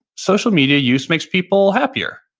social media use makes people happier.